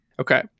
Okay